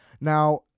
Now